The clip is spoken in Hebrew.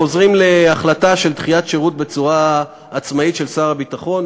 חוזרים להחלטה של דחיית שירות בצורה עצמאית של שר הביטחון.